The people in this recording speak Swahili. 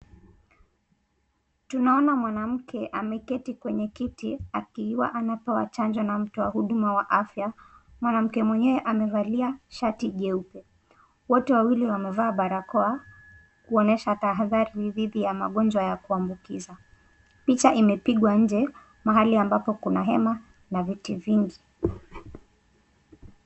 Tunaona mwanamke ameketi kwenye kiti akiwa anapewa chanjo na mtu wa huduma wa afya. Mwanamke mwenyewe amevalia shati jeupe, Wote wawili wamevaa barakoa kuonyesha tahadhari dhidi ya magonjwa ya kuambukiza. Picha imepigwa nje mahali ambapo kuna hema na viti vingi.